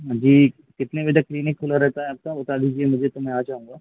जी कितने बजे तक क्लीनिक खुला रहता है आपका बता दीजिए मुझे तो मैं आ जाऊँगा